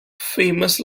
famous